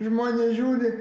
žmonės žiūri